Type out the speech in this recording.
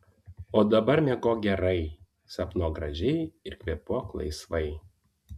o dabar miegok gerai sapnuok gražiai ir kvėpuok laisvai